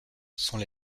sont